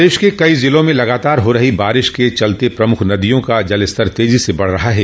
प्रदेश के कई जिलों में लगातार हो रही बारिश के चलते प्रमुख नदियों का जलस्तर तेजी से बढ़ रहा है